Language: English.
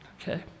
okay